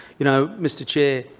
you know, mr chair,